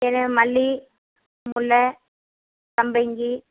மல்லி முல்லை சம்பங்கி